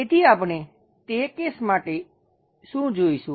તેથી આપણે તે કેસ માટે શું જોઈશું